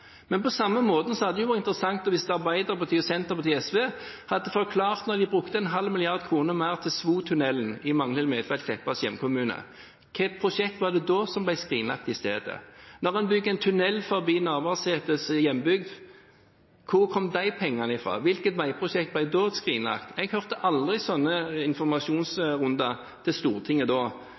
På samme måte hadde det vært interessant om Arbeiderpartiet, Senterpartiet og SV hadde forklart da de brukte en halv milliard kroner mer til Svotunnelen, i Magnhild Meltveit Kleppas hjemkommune: Hvilket prosjekt var det da som ble skrinlagt i stedet? Når en bygger tunnel gjennom Navarsetes hjembygd: Hvor kom de pengene fra? Hvilket veiprosjekt ble da skrinlagt? Jeg hørte aldri slike informasjonsrunder til Stortinget da.